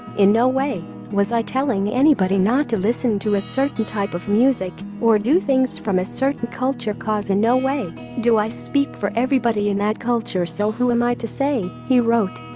in no way was i telling anybody not to listen to a certain type of music or do things from a certain culture cause in no way do i speak for everybody in that culture so who am i to say, he wrote.